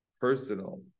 personal